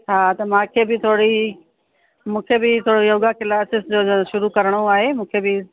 हा त मूंखे बि थोरी मूंखे बि थोरी योगा क्लासिस जो ज शुरू करिणो आहे मूंखे बि